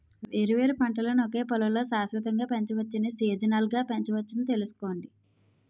వేర్వేరు పంటలను ఒకే పొలంలో శాశ్వతంగా పెంచవచ్చని, సీజనల్గా పెంచొచ్చని తెలుసుకోండి